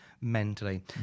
mentally